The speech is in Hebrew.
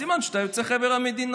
סימן שאתה יוצא חבר המדינות.